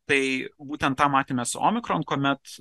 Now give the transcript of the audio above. tai būtent tą matėme su omikron kuomet